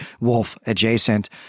wolf-adjacent